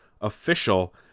official